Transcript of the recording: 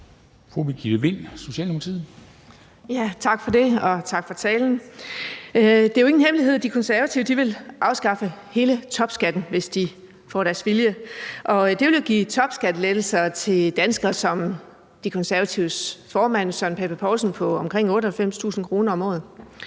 Birgitte Vind (S): Tak for det, og tak for talen. Det er jo ingen hemmelighed, at De Konservative vil afskaffe hele topskatten, hvis de får deres vilje. Det vil jo give topskattelettelser til danskere som De Konservatives formand, Søren Pape Poulsen, på omkring 98.000 kr. om året.